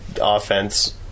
offense